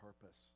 purpose